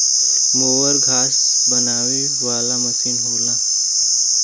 mower घास बनावे वाला मसीन होला